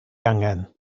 angen